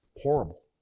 horrible